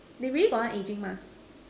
they really got one ageing mask